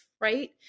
right